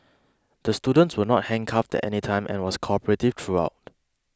the student was not handcuffed at any time and was cooperative throughout